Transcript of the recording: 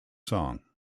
song